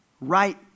right